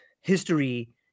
history